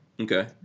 Okay